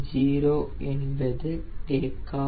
970 என்பது take app